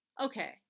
Okay